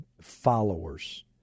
followers